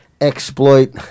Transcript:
exploit